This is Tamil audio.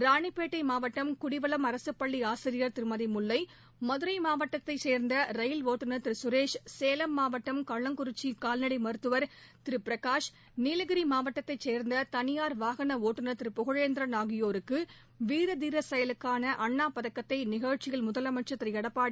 ராணிப்பேட்டை மாவட்டம் குடிவலம் அரசுப்பள்ளி ஆசிரியர் திருமதி முல்லை மதுரை மாவட்டத்தைச் சேர்ந்த ரயில் ஓட்டுநர் கரேஷ் சேலம் மாவட்டம் கண்ணங்குறிச்சி னல்நடை மருத்துவர் பிரகாஷ் நீலகிரி மாவட்டத்தைச் சேர்ந்த சுதனியார் வாகள ஒட்டுநர் புகழேந்திரன் ஆகியோருக்கு வீரதீர செயலுக்காள அண்ணாப்பதக்கத்தை நிகழ்ச்சியில் முதலமைச்சர் திரு எடப்பாடி